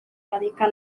predica